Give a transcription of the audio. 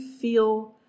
feel